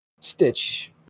stitch